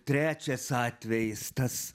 trečias atvejis tas